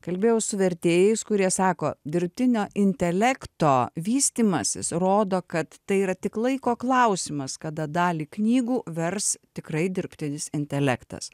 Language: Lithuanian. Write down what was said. kalbėjau su vertėjais kurie sako dirbtinio intelekto vystymasis rodo kad tai yra tik laiko klausimas kada dalį knygų vers tikrai dirbtinis intelektas